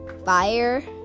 fire